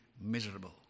miserable